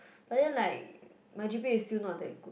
but then like my g_p_a is still not that good